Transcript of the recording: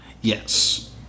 Yes